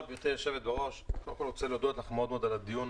אני רוצה להודות לך על הדיון.